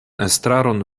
estraron